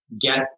get